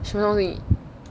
什么东西